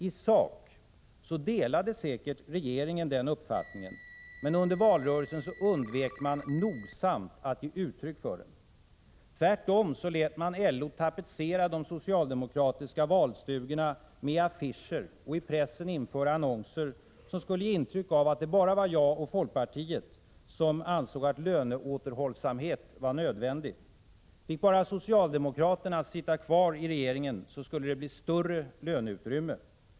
I sak delade säkert regeringen den uppfattningen, men under valrörelsen undvek man nogsamt att ge uttryck för den. Tvärtom lät man LO tapetsera de socialdemokratiska valstugorna med affischer, och i pressen införa annonser, som skulle ge intryck av att det bara var jag och folkpartiet som ansåg att löneåterhållsamhet var nödvändig. Fick bara socialdemokraterna sitta kvar i regeringen skulle det bli större löneutrymme.